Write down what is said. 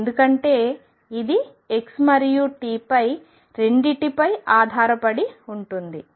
ఎందుకంటే ఇది x మరియు t పై రెండింటిపై ఆధారపడి ఉంటుంది